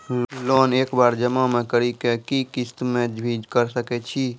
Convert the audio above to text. Loan एक बार जमा म करि कि किस्त मे भी करऽ सके छि?